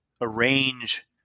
arrange